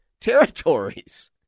territories